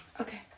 Okay